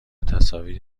تصاویری